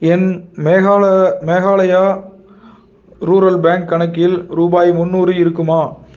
என் மேகால Meghalaya rural bank கணக்கில் ரூபாய் முந்நூறு இருக்குமா